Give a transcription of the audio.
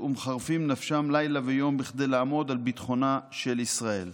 ומחרפים נפשם לילה ויום כדי לעמוד על ביטחונה של ישראל.